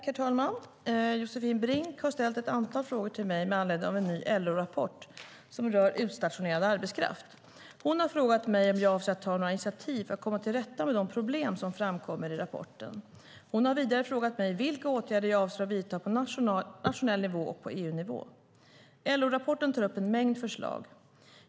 Herr talman! Josefin Brink har ställt ett antal frågor till mig med anledning av en ny LO-rapport som rör utstationerad arbetskraft. Hon har frågat mig om jag avser att ta några initiativ för att komma till rätta med de problem som framkommer i rapporten. Hon har vidare frågat mig vilka åtgärder jag avser att vidta på nationell nivå och på EU-nivå. LO-rapporten tar upp en mängd förslag.